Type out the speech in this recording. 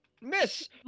miss